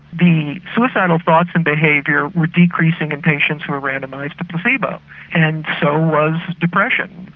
the suicidal thoughts and behaviour were decreasing in patients who were randomised to placebo and so was depression.